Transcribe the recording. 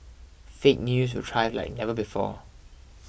fake news will thrive like never before